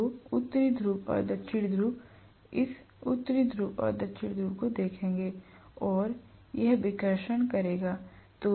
तो उत्तरी ध्रुव और दक्षिणी ध्रुव इस उत्तरी ध्रुव और दक्षिणी ध्रुव को देखेंगे और यह विकर्षण करेगा